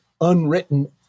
unwritten